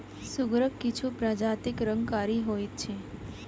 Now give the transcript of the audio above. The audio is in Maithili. सुगरक किछु प्रजातिक रंग कारी होइत अछि